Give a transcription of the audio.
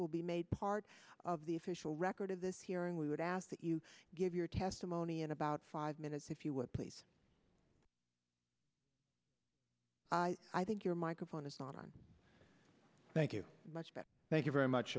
will be made part of the official record of this hearing we would ask that you give your testimony in about five minutes if you would please i think your microphone is not on thank you much but thank you very much